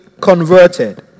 converted